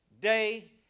day